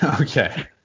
Okay